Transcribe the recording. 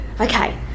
Okay